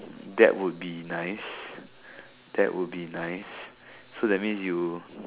that would be nice that would be nice so that means you